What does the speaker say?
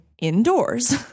indoors